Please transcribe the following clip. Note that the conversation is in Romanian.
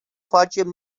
facem